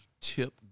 tip